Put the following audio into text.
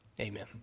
Amen